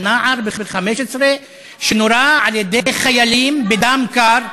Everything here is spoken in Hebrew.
כאשר אני מדבר על נער בן 15 שנורה על-ידי חיילים בדם קר?